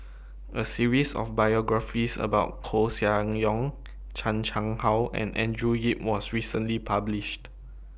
A series of biographies about Koeh Sia Yong Chan Chang How and Andrew Yip was recently published